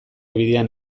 bidean